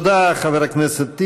תודה, חבר הכנסת טיבי.